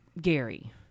Gary